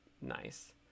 nice